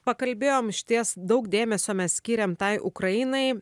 pakalbėjom išties daug dėmesio mes skyrėm tai ukrainai